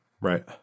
right